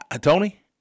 Tony